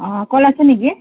অঁ কল আছে নেকি